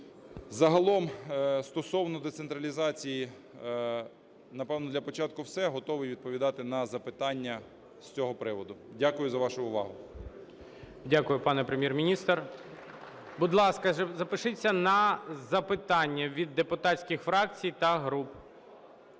Загалом стосовно децентралізації, напевно, для початку все, готовий відповідати на запитання з цього приводу. Дякую за вашу увагу. ГОЛОВУЮЧИЙ. Дякую, пане Прем'єр-міністр. Будь ласка, запишіться на запитання від депутатських фракцій та груп.